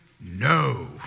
no